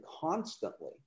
constantly